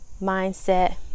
mindset